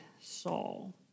Saul